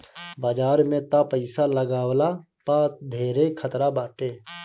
बाजार में तअ पईसा लगवला पअ धेरे खतरा बाटे